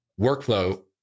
workflow